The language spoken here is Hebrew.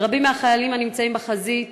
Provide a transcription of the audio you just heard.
לרבים מהחיילים הנמצאים בחזית,